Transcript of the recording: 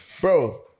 Bro